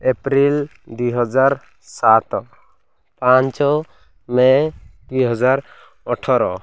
April ଦୁଇହଜାର ସାତ ପାଞ୍ଚ ମେ ଦୁଇହଜାର ଅଠର